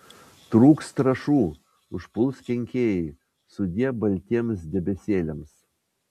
trūks trąšų užpuls kenkėjai sudie baltiems debesėliams